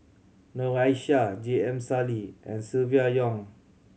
Noor Aishah J M Sali and Silvia Yong